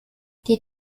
die